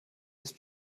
ist